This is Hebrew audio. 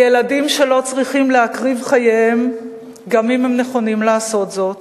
על ילדים שלא צריכים להקריב את חייהם גם אם הם נכונים לעשות זאת,